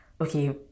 okay